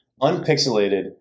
unpixelated